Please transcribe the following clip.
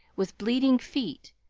with bleeding feet,